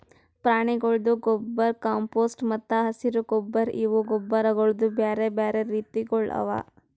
ಪ್ರಾಣಿಗೊಳ್ದು ಗೊಬ್ಬರ್, ಕಾಂಪೋಸ್ಟ್ ಮತ್ತ ಹಸಿರು ಗೊಬ್ಬರ್ ಇವು ಗೊಬ್ಬರಗೊಳ್ದು ಬ್ಯಾರೆ ಬ್ಯಾರೆ ರೀತಿಗೊಳ್ ಅವಾ